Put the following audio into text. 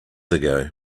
ago